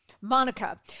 monica